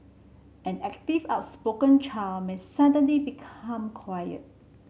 an active outspoken child may suddenly become quiet